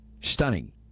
Stunning